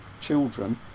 children